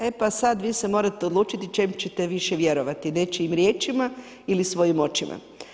E pa sada vi se morate odlučiti čemu ćete više vjerovati nečijim riječima ili svojim očima.